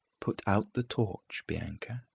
put out the torch, bianca.